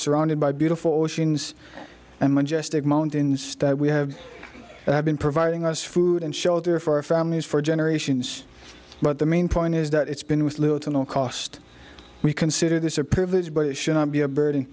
surrounded by beautiful oceans and majestic mt instead we have been providing us food and shelter for our families for generations but the main point is that it's been with little to no cost we consider this a privilege but it should not be a burden